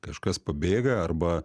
kažkas pabėga arba